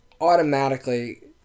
automatically